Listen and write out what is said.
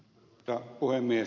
arvoisa puhemies